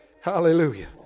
Hallelujah